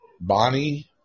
Bonnie